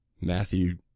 Matthew